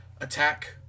attack